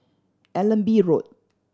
Allenby Road